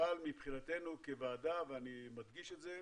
אבל מבחינתנו כוועדה, ואני מדגיש את זה,